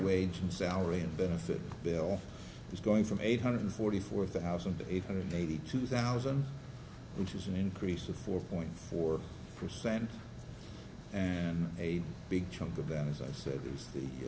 and salary and benefits bill is going from eight hundred forty four thousand eight hundred eighty two thousand which is an increase of four point four percent and a big chunk of that as i said is th